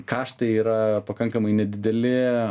kaštai yra pakankamai nedideli